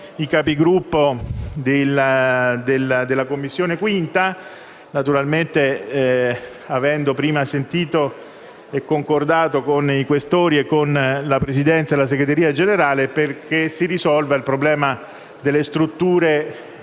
i Capigruppo della Commissione bilancio, naturalmente avendo prima sentito e concordato con i senatori Questori, la Presidenza e la Segreteria generale, affinché si risolva il problema delle strutture di